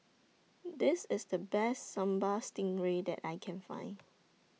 This IS The Best Sambal Stingray that I Can Find